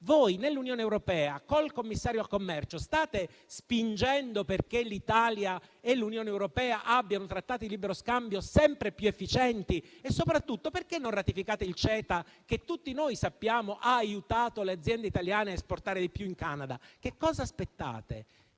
Voi nell'Unione europea con il commissario al commercio state spingendo perché l'Italia e l'Unione europea abbiano trattati di libero scambio sempre più efficienti? Soprattutto, perché non ratificate il CETA, che tutti sappiamo quanto abbia aiutato le aziende italiane ad esportare di più in Canada? Che cosa aspettate?